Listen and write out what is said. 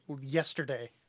yesterday